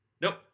Nope